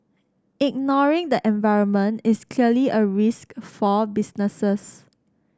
ignoring the environment is clearly a risk for businesses